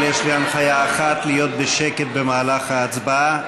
אבל יש לי הנחיה אחת: להיות בשקט במהלך ההצבעה.